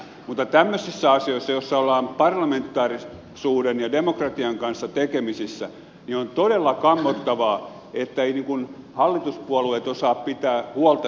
mutta tämmöisissä asioissa joissa ollaan parlamentaarisuuden ja demokratian kanssa tekemisissä niin on todella kammottavaa että ei niin kun hallituspuolueet osaa pitää huolta siitä